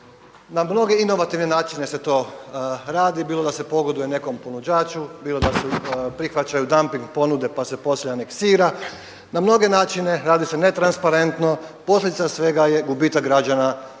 Na mnoge inovativne načine se to radi bilo da se pogoduje nekom ponuđaču, bilo da se prihvaćaju damping ponude pa se poslije aneksira. Na mnoge načine radi se netransparentno, posljedica svega je gubitak građana, gubitak